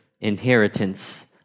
inheritance